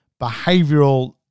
behavioural